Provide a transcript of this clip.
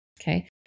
Okay